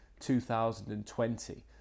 2020